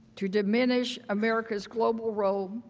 to diminish americans global role,